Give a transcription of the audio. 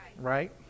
Right